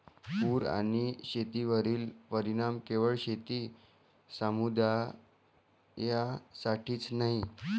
पूर आणि शेतीवरील परिणाम केवळ शेती समुदायासाठीच नाही